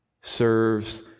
serves